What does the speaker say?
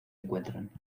encuentran